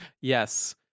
Yes